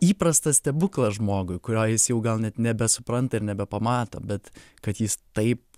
įprastas stebuklas žmogui kurio jis jau gal net nebesupranta ir nebepamato bet kad jis taip